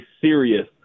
serious